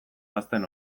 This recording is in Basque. ahazten